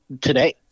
today